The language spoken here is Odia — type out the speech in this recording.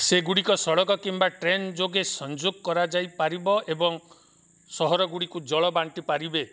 ସେଗୁଡ଼ିକ ସଡ଼କ କିମ୍ବା ଟ୍ରେନ ଯୋଗେ ସଂଯୋଗ କରାଯାଇପାରିବ ଏବଂ ସହର ଗୁଡ଼ିକୁ ଜଳ ବାଣ୍ଟିପାରିବେ